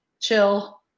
chill